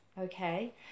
Okay